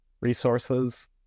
Resources